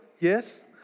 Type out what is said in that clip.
Yes